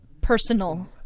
personal